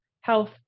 health